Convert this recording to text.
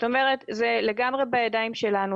זה לגמרי בידיים שלנו,